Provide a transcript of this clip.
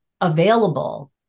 available